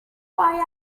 why